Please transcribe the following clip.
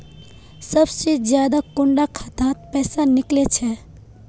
सबसे ज्यादा कुंडा खाता त पैसा निकले छे?